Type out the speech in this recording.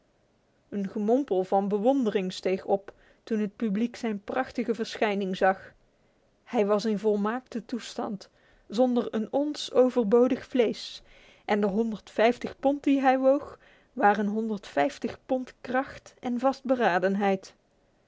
een gemompel van bewondering steeg op toen het publiek zijn prachtige verschijning zag hij was in volmaakte toestand zonder een ons overbodig vlees en de pond die hij woog waren pond kracht en vastberadenheid